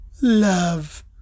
love